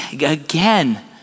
again